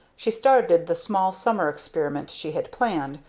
she started the small summer experiment she had planned,